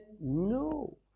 no